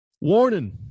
Warning